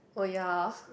oh ya